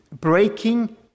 Breaking